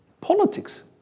politics